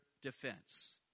defense